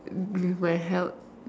with my health